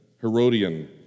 Herodian